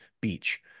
beach